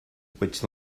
which